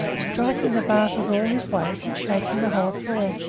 striking the bars with all his weight, and shaking the whole floor.